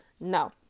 No